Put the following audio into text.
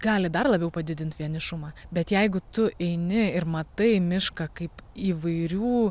gali dar labiau padidint vienišumą bet jeigu tu eini ir matai mišką kaip įvairių